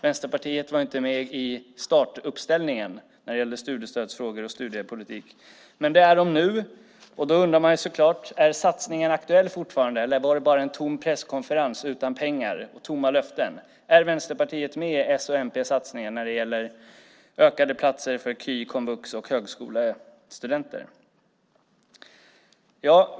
Vänsterpartiet var inte med i startuppställningen när det gällde studiestödsfrågor och studiepolitik. Men det är man nu. Då undrar man såklart: Är satsningen aktuell fortfarande eller var det bara en tom presskonferens utan pengar men med tomma löften? Är Vänsterpartiet med i s och mp-satsningen på fler platser i KY, högskola och komvux?